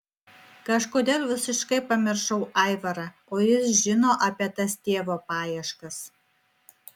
kažkodėl visiškai pamiršau aivarą o jis žino apie tas tėvo paieškas